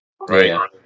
Right